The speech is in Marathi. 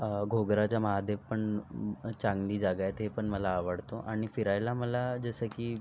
घोगराचा महादेव पण चांगली जागा आहे ते पण मला आवडतो आणि फिरायला मला जसं की